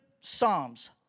Psalms